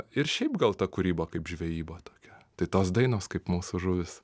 ir šiaip gal ta kūryba kaip žvejyba tokia tai tos dainos kaip mūsų žuvys